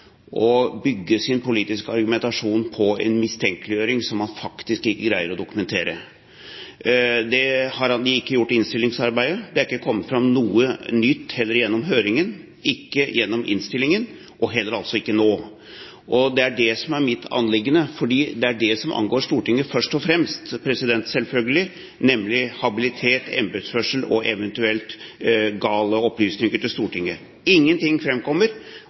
å bygge sin politiske argumentasjon på en mistenkeliggjøring som han faktisk ikke greier å dokumentere. Det har de ikke gjort i innstillingsarbeidet. Det er heller ikke kommet fram noe nytt gjennom høringen, ikke gjennom innstillingen, og altså heller ikke nå. Det er det som er mitt anliggende, for det er det som angår Stortinget først og fremst selvfølgelig, nemlig habilitet, embetsførsel og eventuelt gale opplysninger til Stortinget. Ingenting